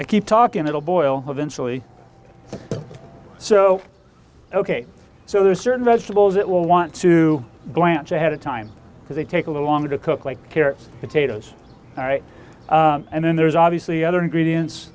they keep talking little boil eventually so ok so there are certain vegetables that will want to blanch ahead of time because they take a little longer to cook like carrots potatoes all right and then there's obviously other ingredients